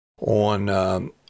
on –